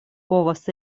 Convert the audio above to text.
povas